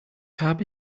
habe